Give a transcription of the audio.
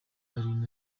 ariko